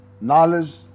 knowledge